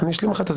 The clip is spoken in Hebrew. הוא רצה לשמוע,